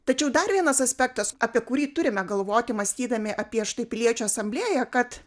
tačiau dar vienas aspektas apie kurį turime galvoti mąstydami apie štai piliečių asamblėją kad